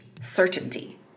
certainty